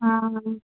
आं